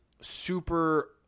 super